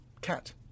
Cat